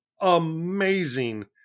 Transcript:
amazing